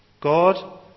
God